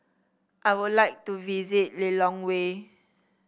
I would like to visit Lilongwe